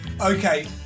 Okay